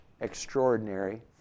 extraordinary